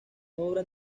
obra